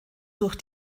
durch